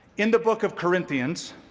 in the book of corinthians,